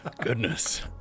Goodness